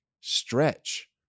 stretch